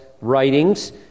writings